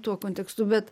tuo kontekstu bet